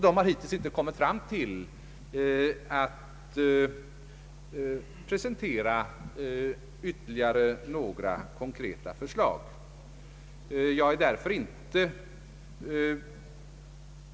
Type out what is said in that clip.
De har hittills inte kommit fram till att presentera ytterligare några konkreta förslag.